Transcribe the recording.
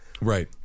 Right